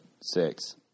six